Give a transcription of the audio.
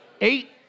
eight